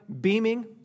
beaming